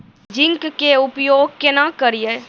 Zinc के उपयोग केना करये?